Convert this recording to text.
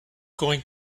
going